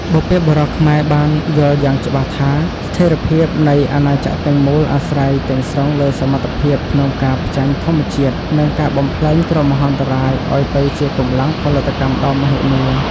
បុព្វបុរសខ្មែរបានយល់យ៉ាងច្បាស់ថា ស្ថិរភាពនៃអាណាចក្រទាំងមូលអាស្រ័យទាំងស្រុងលើសមត្ថភាពក្នុងការផ្ចាញ់ធម្មជាតិ និងការបំប្លែងគ្រោះមហន្តរាយឱ្យទៅជាកម្លាំងផលិតកម្មដ៏មហិមា។